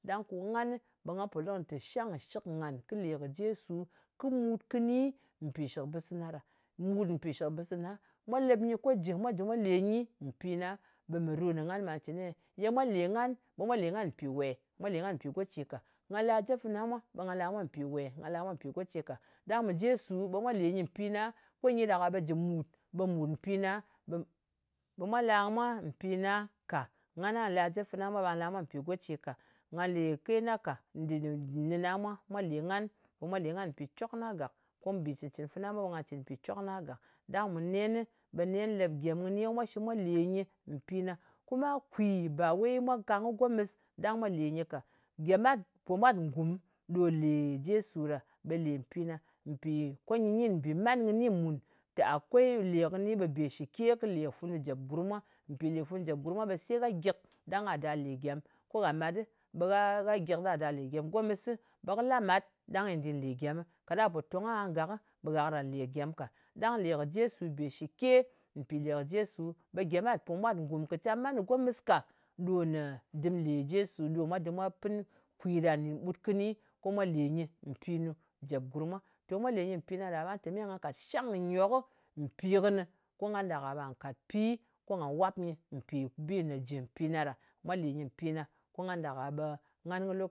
Ɗang ko nganɨ, ɓe nga pò lɨ kɨnɨ tè shang shɨk ngan kɨ lè kɨ jesu, kɨ mut kɨni mpì shɨkbɨs fana ɗa. Mùt mpì shɨkbɨsana. Mwa lep nyɨ ko jɨ, mwa jɨ mwa le nyɨ mpi na ɓe me ɗo ngan ɓa cɨn-e? Ye mwa lè ngan ɓe mwa lè ngan mpì we? Mwa lè ngan mpì go ce ka. Nga la jep fana mwa, ɓe mga la mwa mpi we? Nga la mwa mpì go ce ka. Ɗang mɨ jesu, ɓe mwa lè nyɨ mpi na. Ko nyi ɗak a ɓe jɨ mut, ɓè mut mpi na. Ɓe ɓe mwa la mwa mpì na ka. Nga na la jep fana mwa, ɓe nga la mwa mpì go ce ka. Nga lè ke na ka. Nɗin nɨna mwa, ɓe mwa lè ngan mpì cok na gàk. Ko mbì cɨ̀n-cɨ̀n fana mwa ɓe nga cɨn mwa mpì cok na gàk. Ɗang mɨ nenɨ, ɓe nen lep gyen kɨnɨ, mwa lè nyɨ mpi na. Kuma kwì, bà we mwa kang kɨ gomɨs ɗang mwa lè nyɨ ka. Gyemat pomwat ngum ɗò lè jesu ɗa, ɓe lè nyɨ mpina, mpì ko nyɨ nyin mbìman kɨni mùn tè akwei le kɨni ɓe be shɨke kɨ lè funu jèp gurm mwa. Mpì lè funu jèp gurm mwa, ɓe se gha gyɨk ɗang ka da lè gyem. Ko gha mat ɗɨ, ɓe gha, gha gyik ɗa ɗa lè gyem. Gomɨs, ɓe kɨ la mat ɗang ko nyɨ di lè gyem. Kaɗang gha pò tong aha gak, ɓe gha karan lè gyem ka. Ɗang lè kɨ jesu be shɨke. Mpì lè kɨ jesu ɓe gyemat pomwat ngùm, kɨ cam man kɨ gomɨs ka ɗo ne dɨm lè jesu. Ɗo nè mwa dɨm mwa pɨn kwì ɗa nɗin ɓut kɨni ko mwa lè nyɨ mpinu jèp gurm mwa. To mwa lè nyɨ mpi na ɗa, ɓa te me nga kat shangkɨnyok mpi kɨni, ko ngan ɗak-a ɓe nga kat pi ko nga wap nyɨ mpì bi nè jɨ mpi na ɗa. Mwa lè nyɨ mpì na, ko ngan ɗak-a ɓe ngan kɨ lo